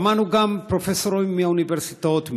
שמענו גם פרופסורים מהאוניברסיטאות,